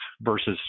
versus